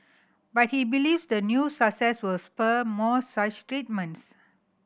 but he believes the new success will spur more such treatments